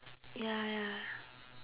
ya ya